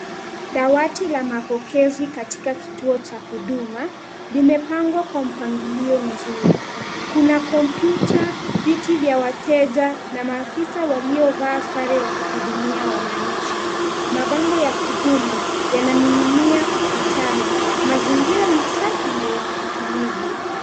Dawati la mapokezi katika kituo cha huduma, limepangwa kwa mpangilio mzuri. Kuna kompyuta, viti vya wateja na maafisa waliovaa sare wakihudumia wananchi. Mabango ya huduma yananing'inia ukutani. Mazingira ni safi na yenye utulivu.